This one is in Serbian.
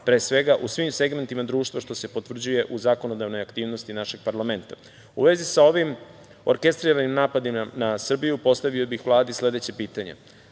pre svega, u svim segmentima društva, što se potvrđuje u zakonodavnoj aktivnosti našeg parlamenta.U vezi sa ovim orkestriranim napadima na Srbiju, postavio bih Vladi sledeće pitanje